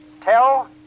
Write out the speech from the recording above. Tell